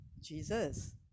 Jesus